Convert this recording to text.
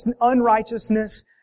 unrighteousness